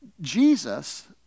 Jesus